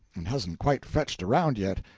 and hasn't quite fetched around yet,